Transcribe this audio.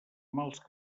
mals